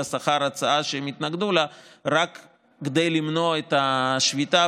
השכר הצעה שהם התנגדו לה רק כדי למנוע את השביתה,